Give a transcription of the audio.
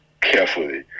carefully